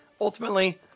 Ultimately